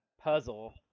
puzzle